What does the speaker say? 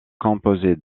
composée